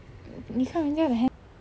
你看人家的